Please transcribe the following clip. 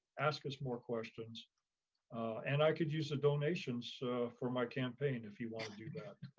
ask us more questions and i could use the donations for my campaign if you want to do that.